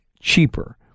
cheaper